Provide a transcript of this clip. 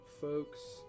folks